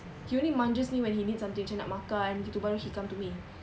he only manjas me when he need something macam nak makan gitu baru he come to me